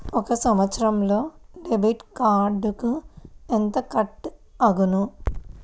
ఒక సంవత్సరంలో డెబిట్ కార్డుకు ఎంత కట్ అగును?